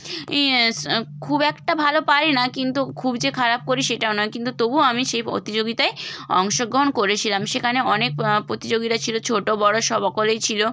খুব একটা ভালো পারি না কিন্তু খুব যে খারাপ করি সেটাও নয় কিন্তু তবুও আমি সেই প্রতিযোগিতায় অংশগ্রহণ করেছিলাম সেখানে অনেক প্রতিযোগীরা ছিলো ছোটো বড় সকলেই ছিলো